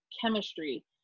chemistry